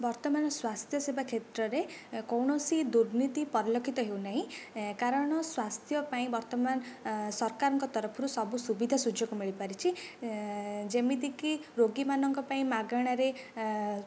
ବର୍ତ୍ତମାନ ସ୍ୱାସ୍ଥ୍ୟ ସେବା କ୍ଷେତ୍ରରେ କୌଣସି ଦୁର୍ନୀତି ପରିଲକ୍ଷିତ ହେଉ ନାହିଁ କାରଣ ସ୍ୱାସ୍ଥ୍ୟ ପାଇଁ ବର୍ତ୍ତମାନ ସରକାରଙ୍କ ତରଫରୁ ସବୁ ସୁବିଧା ସୁଯୋଗ ମିଳିପାରିଛି ଯେମିତିକି ରୋଗୀ ମାନଙ୍କ ପାଇଁ ମାଗଣାରେ